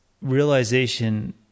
realization